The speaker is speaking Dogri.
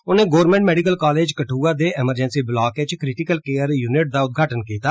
उनें गौरमेंट मैडिकल कॉलेज कठुआ दे एमरजेंसी ब्लाक इच क्रिटिकल केयर यूनिट दा उद्घाटन कीता